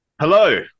Hello